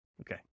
Okay